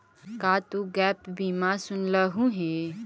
का तु गैप बीमा सुनलहुं हे?